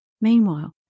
Meanwhile